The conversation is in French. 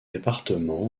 départements